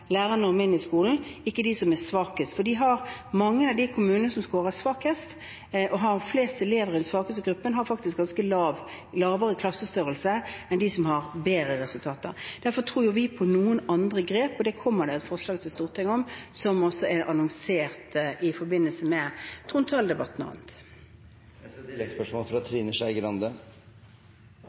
i skolen, ikke til dem som er svakest. Mange av de kommunene som skårer dårligst og har flest elever i den svakeste gruppen, har faktisk mindre klassestørrelse enn de som har bedre resultater. Derfor tror vi på noen andre grep, og det kommer det et forslag om til Stortinget, noe som også er blitt annonsert i forbindelse med trontaledebatten og annet. Trine Skei Grande